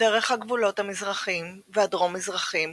דרך הגבולות המזרחיים והדרום-מזרחיים